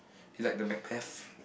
is like the MacBeth